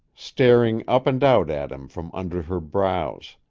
staring up and out at him from under her brows.